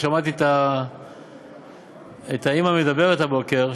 שמעתי את האימא מדברת הבוקר,